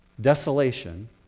desolation